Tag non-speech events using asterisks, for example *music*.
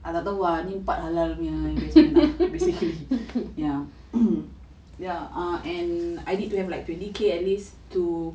ah tak tahu ah ni empat halalnya investment ah basically ya *coughs* and I need to have like twenty K at least to